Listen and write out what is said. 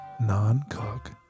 non-cook